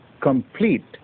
complete